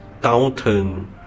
downturn